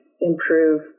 improve